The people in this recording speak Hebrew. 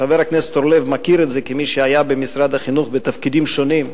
חבר הכנסת אורלב מכיר את זה כמי שהיה במשרד החינוך בתפקידים שונים,